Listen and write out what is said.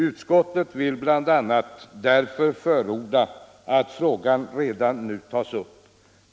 Utskottet vill bl.a. därför förorda att frågan härom redan nu tas upp.